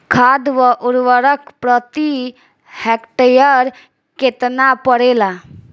खाद व उर्वरक प्रति हेक्टेयर केतना परेला?